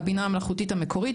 הבינה המלאכותית המקורית,